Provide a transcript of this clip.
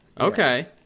Okay